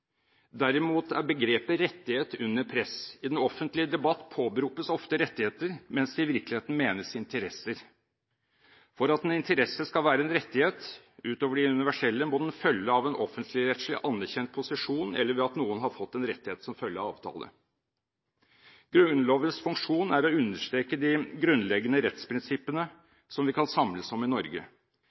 Derimot er begrepet «rettighet» under press. I den offentlige debatt påberopes ofte rettigheter, mens det i virkeligheten menes interesser. For at en interesse skal være en rettighet utover de universelle, må den følge av en offentligrettslig anerkjent posisjon eller ved at noen har fått en rettighet som følge av avtale. Grunnlovens funksjon er å understreke de grunnleggende rettsprinsippene som vi kan samles om i Norge.